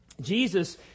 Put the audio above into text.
Jesus